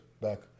back